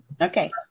Okay